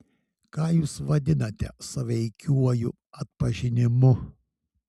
ką jūs vadinate sąveikiuoju atpažinimu